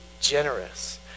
generous